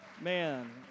Man